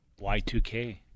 Y2K